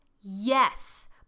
yes